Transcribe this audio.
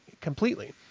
completely